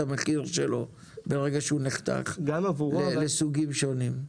המחיר שלו ברגע שהוא נחתך לסוגים שונים.